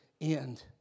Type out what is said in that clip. end